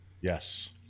Yes